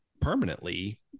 permanently